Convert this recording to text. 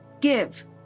give